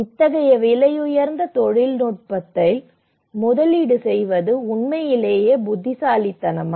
இத்தகைய விலையுயர்ந்த தொழில்நுட்பத்தில் முதலீடு செய்வது உண்மையிலேயே புத்திசாலித்தனமா